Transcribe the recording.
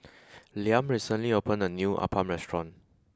Liam recently opened a new Appam restaurant